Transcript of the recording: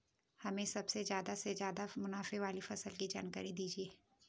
हमें सबसे ज़्यादा से ज़्यादा मुनाफे वाली फसल की जानकारी दीजिए